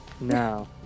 Now